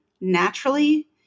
naturally